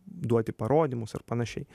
duoti parodymus ar panašiai